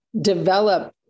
develop